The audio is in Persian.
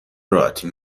راحتین